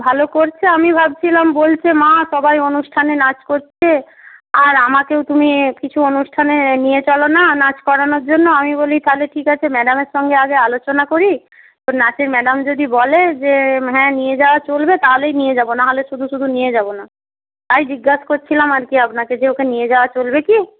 ভালো করছে আমি ভাবছিলাম বলছে মা সবাই অনুষ্ঠানে নাচ করছে আর আমাকেও তুমি কিছু অনুষ্ঠানে নিয়ে চলো না নাচ করানোর জন্য আমি বলি তাহলে ঠিক আছে ম্যাডামের সঙ্গে আগে আলোচনা করি তোর নাচের ম্যাডাম যদি বলে যে হ্যাঁ নিয়ে যাওয়া চলবে তাহলেই নিয়ে যাব না হলে শুধু শুধু নিয়ে যাব না তাই জিজ্ঞাসা করছিলাম আর কি আপনাকে যে ওকে নিয়ে যাওয়া চলবে কি